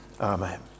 Amen